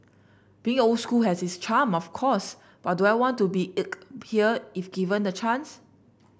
being old school has its charm of course but do I want to be inked here if given the chance